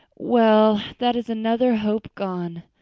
well, that is another hope gone.